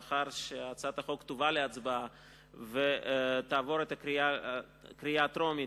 לאחר שהצעת החוק תובא להצבעה ותעבור קריאה טרומית,